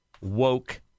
woke